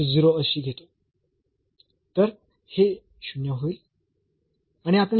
तर हे 0 होईल आणि आपल्याला फक्त मिळेल